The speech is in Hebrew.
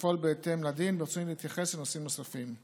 לפעול בהתאם לדין, ברצוני להתייחס לנושאים נוספים.